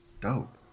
Dope